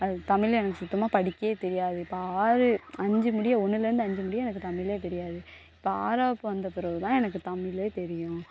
அது தமிழ் எனக்கு சுத்தமாக படிக்கவே தெரியாது இப்போ ஆறு அஞ்சு முடிய ஒன்னுலேருந்து அஞ்சு முடிய எனக்கு தமிழே தெரியாது இப்போ ஆறாப்பு வந்த பிறகு தான் எனக்கு தமிழே தெரியும்